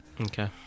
okay